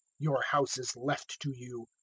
your house is left to you.